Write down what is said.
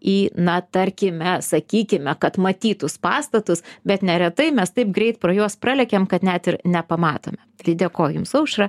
į na tarkime sakykime kad matytus pastatus bet neretai mes taip greit pro juos pralėkėm kad net ir nepamatom tai dėkoju jums aušra